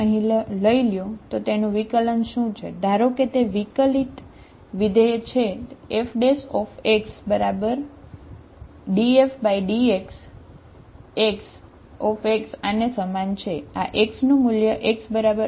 અહીં તમે x0 પર વિકલન કરવા માંગો છો અને x0 વાસ્તવિક છે બરાબર